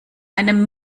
einem